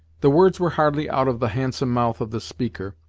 the words were hardly out of the handsome mouth of the speaker,